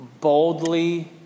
Boldly